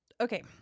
Okay